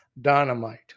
dynamite